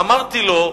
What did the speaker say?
אמרתי לו: